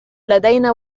لدينا